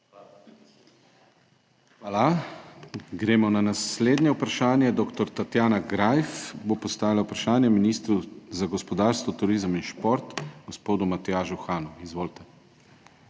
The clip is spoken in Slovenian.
Hvala. Gremo na naslednje vprašanje. Dr. Tatjana Greif bo postavila vprašanje ministru za gospodarstvo, turizem in šport, gospodu Matjažu Hanu. Izvolite.